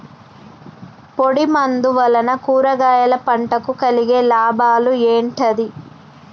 పొడిమందు వలన కూరగాయల పంటకు కలిగే లాభాలు ఏంటిది?